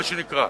מה שנקרא,